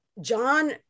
John